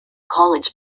college